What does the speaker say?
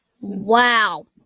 Wow